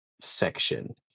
section